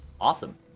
Awesome